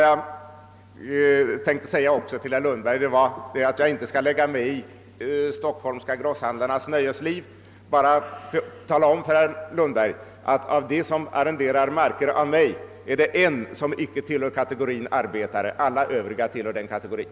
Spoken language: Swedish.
Jag tänkte också säga till herr Lundberg, att jag inte skall lägga mig i de stockholmska grosshandlarnas nöjesliv. Jag vill bara tala om för honom att av dem som arrenderar marker av mig det bara är en som icke tillhör kategorin arbetare. Alla övriga tillhör den kategorin.